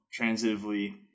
transitively